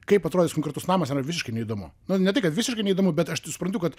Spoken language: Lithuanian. kaip atrodys konkretus namas man yra visiškai neįdomu na ne tai kad visiškai neįdomu bet aš tai suprantu kad